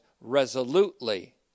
resolutely